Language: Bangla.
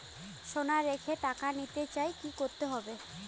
সোনা রেখে টাকা নিতে চাই কি করতে হবে?